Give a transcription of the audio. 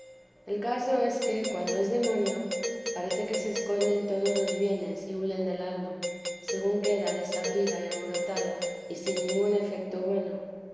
el caso es que cuando es demonio parece que se esconden todos los bienes y huyen del alma según queda desabrida y alborotada y sin ningún efeto bueno